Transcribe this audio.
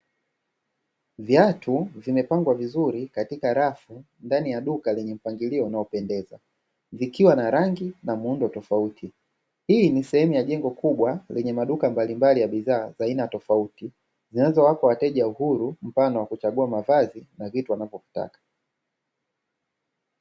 Viatu vimepangwa vizuri katika rafu ndani ya duka lenye mpangilio unaopendeza, vikiwa na rangi na muundo tofauti. Hii ni sehemu ya jengo kubwa lenye maduka mbalimbali ya bidhaa za aina tofauti, zinazowapa wateja uhuru mfano wa kuchagua mavazi na vitu wanavyovikata.